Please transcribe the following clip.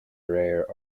réir